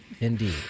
Indeed